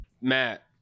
Matt